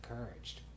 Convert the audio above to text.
encouraged